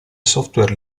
software